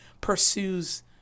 pursues